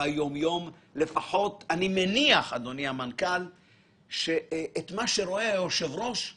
מצופה היה שיו"ר מגדל ומר